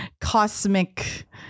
cosmic